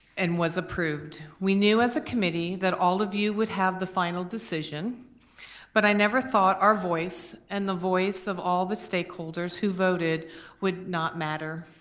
and was approved. we knew as a committee that all of you would have the final decision but i never thought our voice and the voice of all stakeholders who voted would not matter.